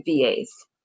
VAs